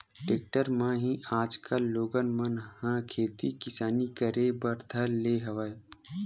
tractor म ही आजकल लोगन मन ह खेती किसानी करे बर धर ले हवय